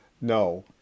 no